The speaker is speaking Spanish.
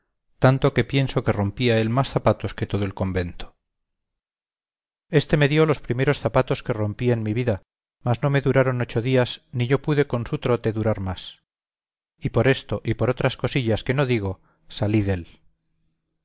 tanto que pienso que rompía él más zapatos que todo el convento éste me dio los primeros zapatos que rompí en mi vida mas no me duraron ocho días ni yo pude con su trote durar más y por esto y por otras cosillas que no digo salí dél